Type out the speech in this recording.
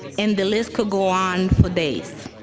and the list could go on for days.